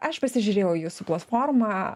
aš pasižiūrėjau jūsų platformą